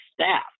staff